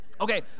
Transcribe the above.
Okay